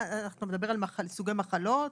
אתה מדבר על סוגי מחלות?